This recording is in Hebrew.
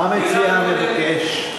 מה מציע המבקש?